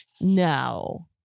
No